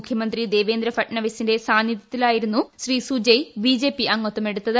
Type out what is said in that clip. മുഖ്യമന്ത്രി ദേവേന്ദ്ര ഫഡ്നാവിസിന്റെ സാന്നിധ്യത്തിലായിരുന്നു ശ്രീ സുജയ് ബിജെപി അംഗത്വമെടുത്തത്